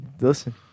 Listen